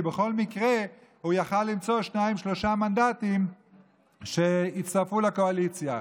כי בכל מקרה הוא היה יכול למצוא שניים-שלושה מנדטים שיצטרפו לקואליציה.